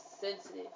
sensitive